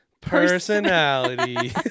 personality